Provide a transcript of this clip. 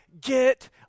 get